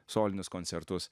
solinius koncertus